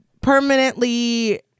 permanently